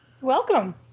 Welcome